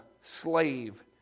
slave